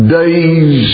days